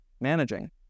managing